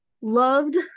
Loved